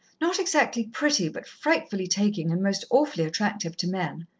not exactly pretty, but frightfully taking, and most awfully attractive to men.